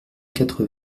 quatre